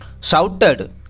shouted